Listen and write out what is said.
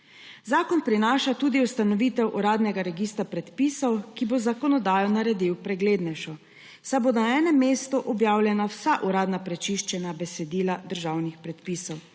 Zakon prinaša tudi ustanovitev uradnega registra predpisov, ki bo zakonodajo naredil preglednejšo, saj bodo na enem mestu objavljena vsa uradna prečiščena besedila državnih predpisov.